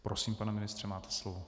Prosím, pane ministře, máte slovo.